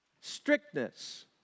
Strictness